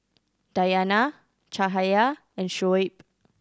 Dayana Cahaya and Shoaib